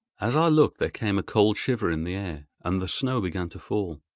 as i looked there came a cold shiver in the air, and the snow began to fall.